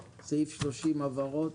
הצבעה סעיף 85(29) אושר סעיף 30, הבהרות?